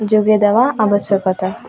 ଯୋଗାଇ ଦେବା ଆବଶ୍ୟକତା